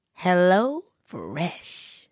HelloFresh